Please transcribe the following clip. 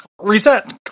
reset